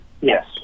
Yes